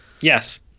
Yes